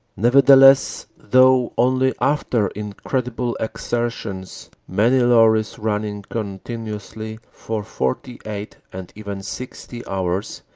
nevertheless, though only after incredible exertions, many lorries running continuously for forty-eight and even sixty hours,